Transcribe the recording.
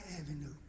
Avenue